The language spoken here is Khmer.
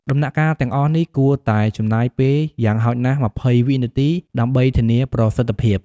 ដំណាក់កាលទាំងអស់នេះគួរតែចំណាយពេលយ៉ាងហោចណាស់ ២០ វិនាទី ដើម្បីធានាប្រសិទ្ធភាព។